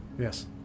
Yes